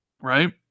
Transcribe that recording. right